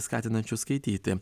skatinančių skaityti